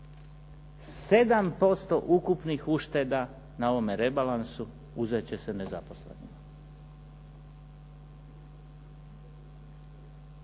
7% ukupnih ušteda na ovome rebalansu uzet će se nezaposlenima,